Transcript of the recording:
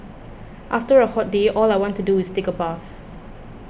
after a hot day all I want to do is take a bath